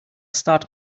start